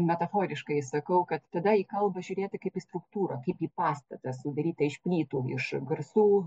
metaforiškai sakau kad tada į kalbą žiūrėti kaip į struktūrą kaip į pastatą sudarytą iš plytų iš garsų